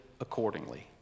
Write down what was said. accordingly